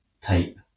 type